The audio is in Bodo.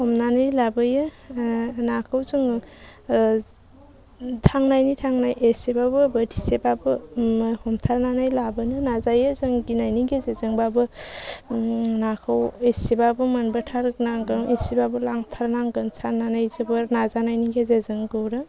हमनानै लाबोयो नाखौ जोङो थांनायनि थांनाय एसेबाबो बोथिसेबाबो हमथारनानै लाबोनो नाजायो जों गिनायनि गेजेरजोंबाबो नाखौ एसेबाबो मोनबोथारनांगोन एसेबाबो लांथारनांगोन साननानै जोबोर नाजानायनि गेजेरजों गुरो